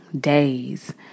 days